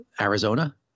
Arizona